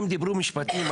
הם דיברו משפטים,